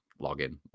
login